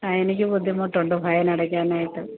ആ എനിക്ക് ബുദ്ധിമുട്ട് ഉണ്ട് ഫൈൻ അടയ്ക്കാനായിട്ട്